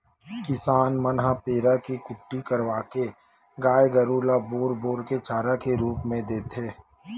किसान मन ह पेरा के कुटी करवाके गाय गरु ल बोर बोर के चारा के रुप म देथे